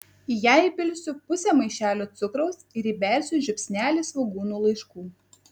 į ją įpilsiu pusę maišelio cukraus ir įbersiu žiupsnelį svogūnų laiškų